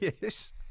Yes